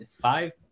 Five